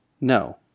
no